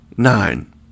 Nine